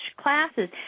classes